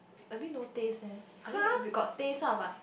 a bit no taste leh I mean got taste lah but